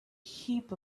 heap